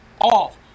off